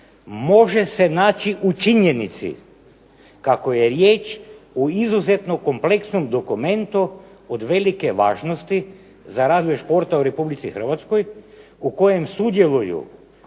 može se naći u činjenici kako je riječ o izuzetno kompleksnom dokumentu od velike važnosti za razvoj športa u REpublici Hrvatskoj u kojem sudjeluju